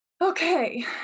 Okay